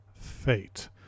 Fate